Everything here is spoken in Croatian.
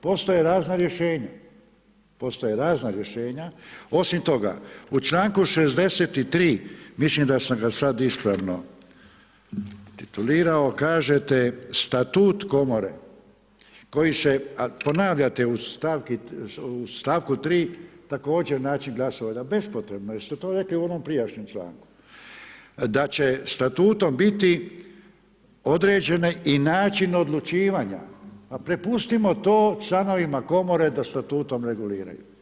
Postoje razna rješenje, postoje razna rješenja, osim toga u članku 63. mislim da sam ga sad ispravno titulirao kažete statut komore koji se, ponavljate u stavku 3. također način glasovanja, bespotrebno jer ste to rekli u onom prijašnjem članku, da će statutom biti određene i način odlučivanja pa prepustimo to članovima komore da statutom reguliraju.